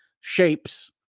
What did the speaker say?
shapes